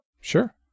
Sure